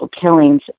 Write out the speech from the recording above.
killings